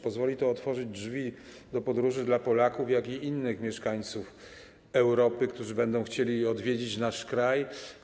Pozwoli to otworzyć drzwi do podróży dla Polaków, jak i innych mieszkańców Europy, którzy będą chcieli odwiedzić nasz kraj.